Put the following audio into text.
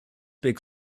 big